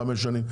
5 שנים,